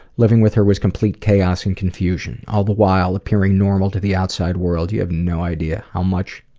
living with her was complete chaos and confusion all the while appearing normal to the outside world. you have no idea how much